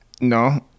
No